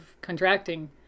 contracting